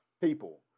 people